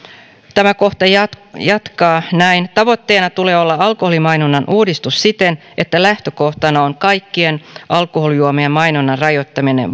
tämä kohta jatkaa jatkaa näin tavoitteena tulee olla alkoholimainonnan uudistus siten että lähtökohtana on kaikkien alkoholijuomien mainonnan rajoittaminen